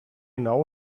know